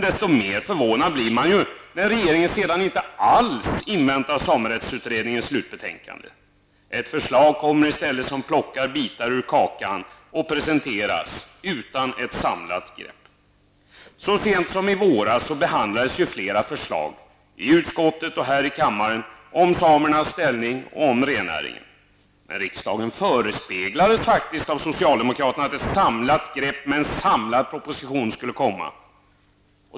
Desto mer förvånad blir man när regeringen inte alls inväntar samerättsutredningens slutbetänkande. I stället lägger man fram ett förslag i vilket bitar ur kakan plockas. Det är inget samlat grepp. Så sent som i våras behandlades flera förslag, i utskottet och här i kammaren, om samernas ställning och rennäringen. Riksdagen förespeglades faktiskt av socialdemokraterna att ett samlat grepp med en samlad proposition skulle komma.